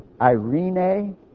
irene